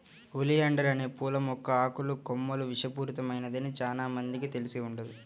oleander అనే పూల మొక్క ఆకులు, కొమ్మలు విషపూరితమైనదని చానా మందికి తెలిసి ఉండదు